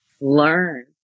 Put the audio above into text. learn